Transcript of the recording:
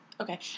Okay